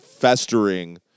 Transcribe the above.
festering